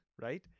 right